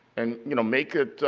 and you know make it,